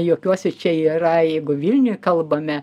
juokiuosi čia yra jeigu vilniuj kalbame